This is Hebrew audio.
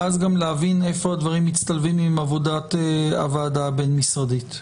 ואז גם להבין איפה הדברים מצטלבים עם עבודת הוועדה הבין-משרדית.